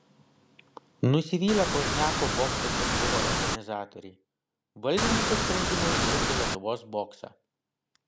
nusivylę pozniako bokso turnyro organizatoriai valdininkų sprendimai žlugdo lietuvos boksą